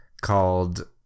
called